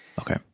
Okay